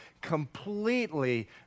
completely